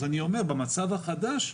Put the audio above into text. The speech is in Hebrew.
אז במצב החדש,